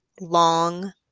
long